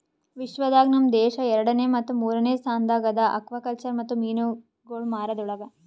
ವಿಶ್ವ ದಾಗ್ ನಮ್ ದೇಶ ಎರಡನೇ ಮತ್ತ ಮೂರನೇ ಸ್ಥಾನದಾಗ್ ಅದಾ ಆಕ್ವಾಕಲ್ಚರ್ ಮತ್ತ ಮೀನುಗೊಳ್ ಮಾರದ್ ಒಳಗ್